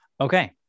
Okay